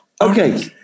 Okay